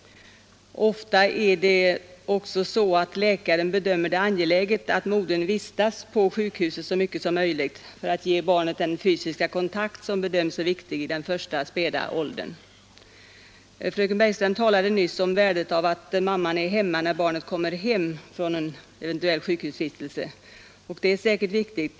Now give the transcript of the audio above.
Ofta bedömer också läkaren det som angeläget att modern vistas på sjukhuset så mycket som möjligt för att ge barnet den fysiska kontakt som bedöms så viktig i den första späda åldern. Fröken Bergström talade nyss om värdet av att mamman är hemma när barnet kommer hem från en eventuell sjukhusvistelse. Det är säkert viktigt.